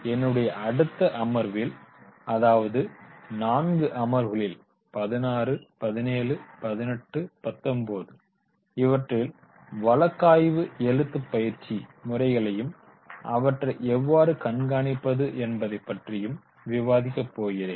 என்னுடைய அடுத்த அமர்வில் அதாவது நான்கு அமர்வுகளில் 16171819 இவற்றில் வழக்காய்வு எழுதும் ஒர்க்கஷாப் பயிற்சி முறைகளையும் அவற்றை எவ்வாறு கண்காணிப்பது என்பது பற்றியும் விவாதிக்க போகிறேன்